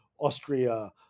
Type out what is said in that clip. Austria